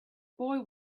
boy